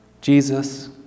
Jesus